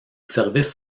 service